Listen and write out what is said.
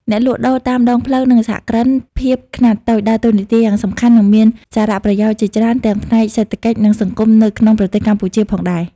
អ្នកលក់ដូរតាមដងផ្លូវ និងសហគ្រិនភាពខ្នាតតូចដើរតួនាទីយ៉ាងសំខាន់ និងមានសារៈប្រយោជន៍ជាច្រើនទាំងផ្នែកសេដ្ឋកិច្ច និងសង្គមនៅក្នុងប្រទេសកម្ពុជាផងដែរ ។